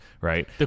right